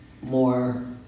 more